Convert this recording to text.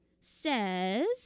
says